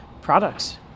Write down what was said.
products